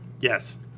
Yes